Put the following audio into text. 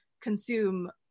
consume